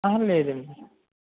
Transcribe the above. ఆ లేదండి